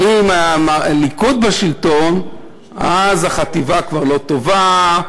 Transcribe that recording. אבל אם הליכוד בשלטון אז החטיבה כבר לא טובה,